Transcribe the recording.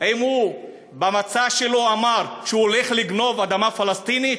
האם במצע שלו הוא אמר שהוא הולך לגנוב אדמה פלסטינית?